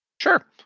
Sure